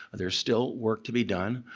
there's still work to be done.